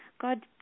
God